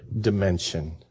dimension